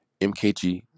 MKG